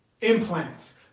implants